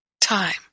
time